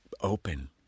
open